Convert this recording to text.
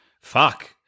fuck